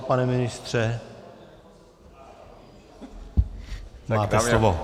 Pane ministře, máte slovo.